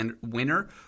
winner